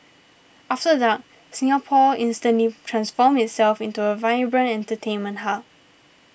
after dark Singapore instantly transforms itself into a vibrant entertainment hub